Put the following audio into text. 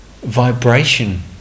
vibration